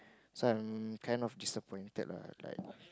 so I'm kind of disappointed lah like